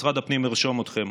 משרד הפנים ירשום אתכם.